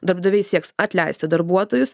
darbdaviai sieks atleisti darbuotojus